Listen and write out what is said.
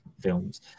films